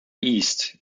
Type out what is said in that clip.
east